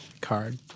card